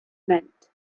meant